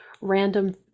random